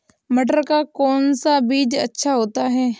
मटर का कौन सा बीज अच्छा होता हैं?